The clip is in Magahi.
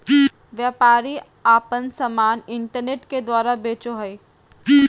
व्यापारी आपन समान इन्टरनेट के द्वारा बेचो हइ